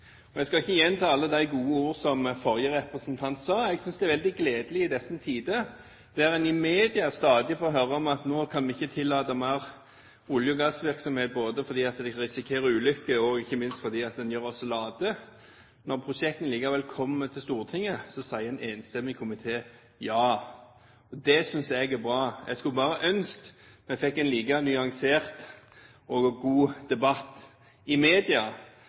Jeg skal ikke gjenta alle de gode ord som forrige representant sa. Jeg synes det er veldig gledelig i disse tider når en i media stadig får høre at nå kan vi ikke tillate mer olje- og gassvirksomhet, både fordi vi risikerer ulykker og ikke minst fordi den gjør oss late, at når prosjektene likevel kommer til Stortinget, sier en enstemmig komité ja. Det synes jeg er bra. Jeg skulle bare ønske at vi fikk en like nyansert og god debatt i media.